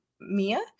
mia